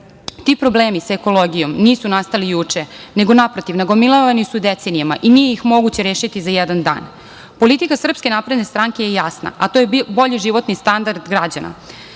ti problemi sa ekologijom nisu nastali juče, nego su naprotiv nagomilavani decenijama i nije ih moguće rešiti za jedan dan. Politika SNS je jasna, a to je bolji životni standard građana,